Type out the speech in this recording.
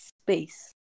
space